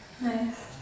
Nice